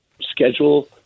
schedule